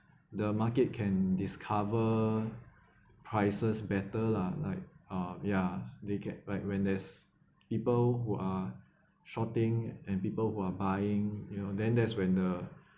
the market can discover prices better lah like uh ya they get like when there's people who are shorting and people who are buying you know then there's when the